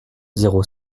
zéro